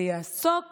ויעסוק